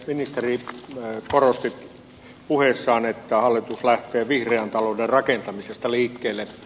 ministeri ja korosti puheessaan että hallitus lähtee vihreän talouden rakentamisesta liikkeelle